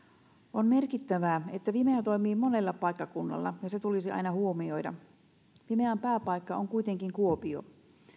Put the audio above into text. on merkittävää että fimea toimii monella paikkakunnalla ja se tulisi aina huomioida fimean pääpaikka on kuitenkin kuopio